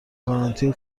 گارانتی